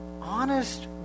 honest